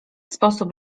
sposób